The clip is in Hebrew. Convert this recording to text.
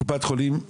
לגבי קופת החולים,